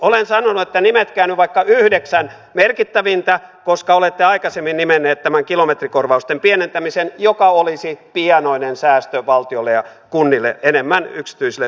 olen sanonut että nimetkää nyt vaikka yhdeksän merkittävintä koska olette aikaisemmin nimenneet tämän kilometrikorvausten pienentämisen joka olisi pienoinen säästö valtiolle ja kunnille enemmän yksityisille yrityksille